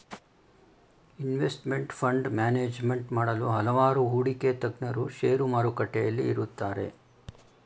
investment fund management ಮಾಡಲು ಹಲವಾರು ಹೂಡಿಕೆ ತಜ್ಞರು ಶೇರು ಮಾರುಕಟ್ಟೆಯಲ್ಲಿ ಇರುತ್ತಾರೆ